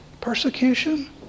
persecution